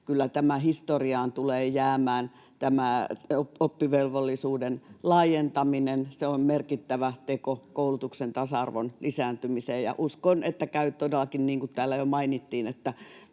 historiaan tulee jäämään tämä oppivelvollisuuden laajentaminen. Se on merkittävä teko koulutuksen tasa-arvon lisääntymiseen, ja uskon, että käy todellakin niin kuin täällä jo mainittiin,